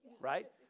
right